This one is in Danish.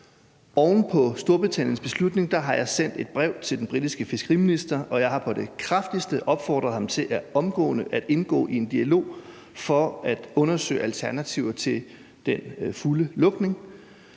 Oven på Storbritanniens beslutning har jeg sendt et brev til den britiske fiskeriminister, og jeg har på det kraftigste opfordret ham til omgående at indgå i en dialog for at undersøge alternativer til den fulde lukning.